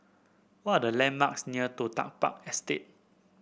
what are the landmarks near Toh Tuck Park Estate